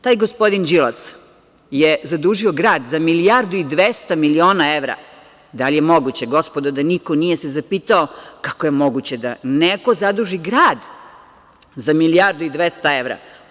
Taj gospodin Đilas je zadužio grad za milijardu i 200 miliona evra, da li je moguće gospodo da niko se nije zapitao kako je moguće da neko zaduži grad za milijardu i 200 miliona evra.